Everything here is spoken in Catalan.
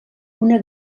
una